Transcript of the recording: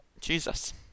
Jesus